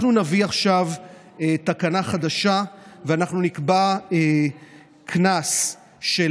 אנחנו נביא עכשיו תקנה חדשה ואנחנו נקבע קנס של